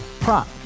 prop